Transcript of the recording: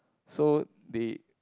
so they